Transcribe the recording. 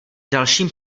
dalším